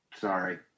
sorry